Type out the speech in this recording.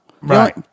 Right